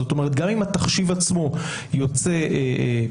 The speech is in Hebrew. זאת אומרת שגם את התחשיב עצמו יוצא בסכום